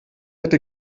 hätte